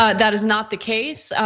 ah that is not the case.